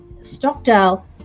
Stockdale